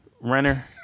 runner